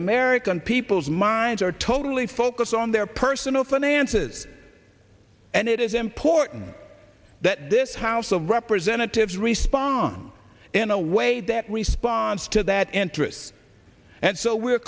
american people's minds are totally focused on their personal finances and it is important that this house of representatives respond in a way that responds to that interest and so we